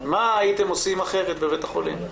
מה הייתם עושים אחרת בבית החולים?